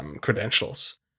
credentials